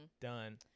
done